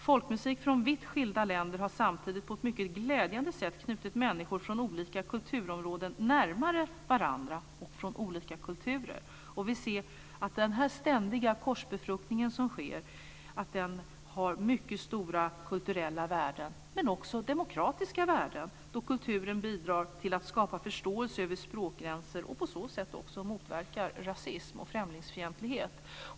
Folkmusik från vitt skilda länder har samtidigt på ett mycket glädjande sätt knutit människor från olika kulturområden och olika kulturer närmare varandra. Vi ser att den ständiga korsbefruktning som sker har mycket stora kulturella värden - men också demokratiska värden, då kulturen bidrar till att skapa förståelse över språkgränser och på så sätt också motverkar rasism och främlingsfientlighet.